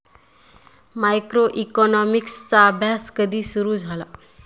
मायक्रोइकॉनॉमिक्सचा अभ्यास कधी सुरु झाला?